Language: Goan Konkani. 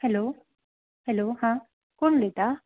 हॅलो हॅलो हां कोण उलयता